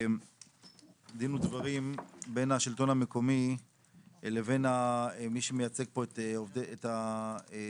דין ודברים בין השלטון המקומי לבין מי שמייצג פה את הקבלן.